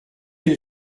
elle